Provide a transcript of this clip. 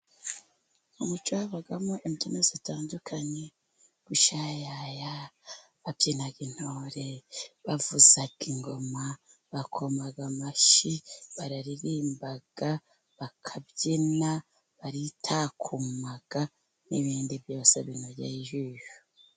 Mu muco habamo imbyino zitandukanye: gushayaya, babyina intore, bavuzaingoma, bakoma amashyi, bararirimba bakabyina, baritakuma n'ibindi byose binogeye ijisho.